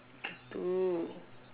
true